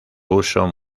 puso